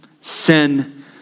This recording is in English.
sin